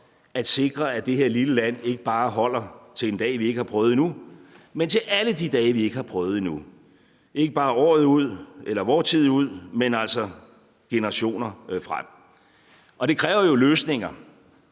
at sikre, at det her lille land ikke bare holder til en dag, vi ikke har prøvet endnu, men til alle de dage, vi ikke har prøvet endnu – ikke bare året ud eller vor tid ud, men altså generationer frem. Og det kræver jo løsninger.